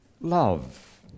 love